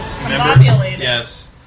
Yes